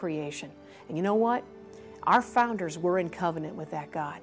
creation and you know what our founders were in covenant with that guy